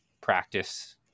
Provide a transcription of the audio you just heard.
practice